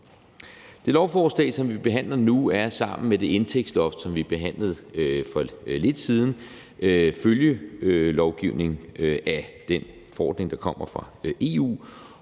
Det lovforslag, som vi behandler nu, er sammen med det indtægtsloft, som vi behandlede for lidt siden, følgelovgivning af den forordning, der kommer fra EU,